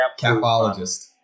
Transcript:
capologist